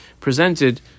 presented